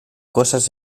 cosas